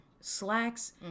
Slacks